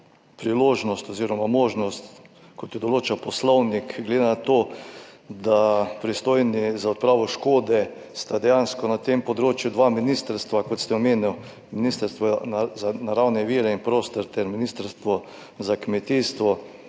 priložnost oziroma možnost, kot jo določa poslovnik, glede na to, da sta pristojni za odpravo škode dejansko na tem področju dve ministrstvi, kot ste omenili, Ministrstvo za naravne vire in prostor ter Ministrstvo za kmetijstvo,